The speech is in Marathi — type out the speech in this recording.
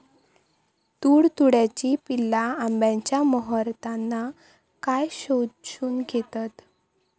तुडतुड्याची पिल्ला आंब्याच्या मोहरातना काय शोशून घेतत?